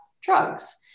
drugs